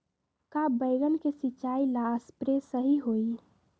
का बैगन के सिचाई ला सप्रे सही होई?